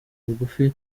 bugufi